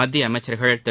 மத்திய அமைச்சர்கள் திரு